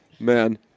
Man